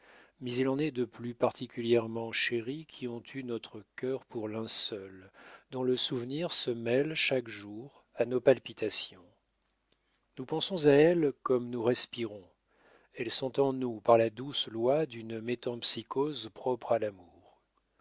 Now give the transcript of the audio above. mais il en est de plus particulièrement chéries qui ont eu notre cœur pour linceul dont le souvenir se mêle chaque jour à nos palpitations nous pensons à elles comme nous respirons elles sont en nous par la douce loi d'une métempsycose propre à l'amour